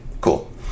cool